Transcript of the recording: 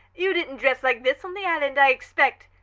you didn't dress like this on the island, i expect!